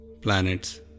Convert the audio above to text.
planets